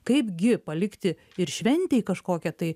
kaipgi palikti ir šventei kažkokią tai